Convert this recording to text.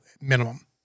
minimum